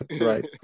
right